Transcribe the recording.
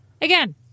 Again